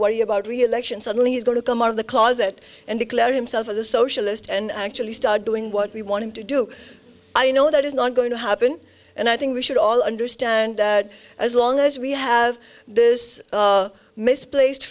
worry about reelection suddenly he's going to come out of the closet and declare himself a socialist and actually start doing what we want him to do i know that is not going to happen and i think we should all understand as long as we have this misplaced